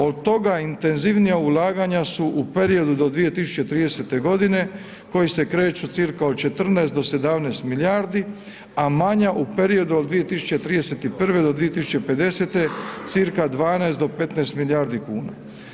Od toga intenzivnija ulaganja su u periodu do 2030. godine koji se kreću cca od 14 do 17 milijardi, a manja u periodu od 2031. do 2050. cca 12 do 15 milijardi kuna.